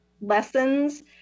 lessons